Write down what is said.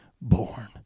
born